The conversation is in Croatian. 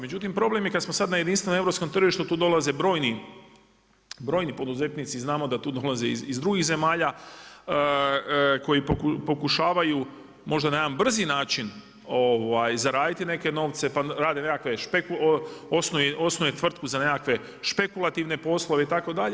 Međutim, problem je kad smo sad na jedinstvenom europskom tržištu, tu dolaze brojni poduzetnici, znamo da tu dolaze iz drugih zemalja koji pokušavaju možda na jedan brzi način zaraditi neke novce pa rade neke, osnuje tvrtku za nekakve špekulativne poslove itd.